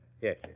yes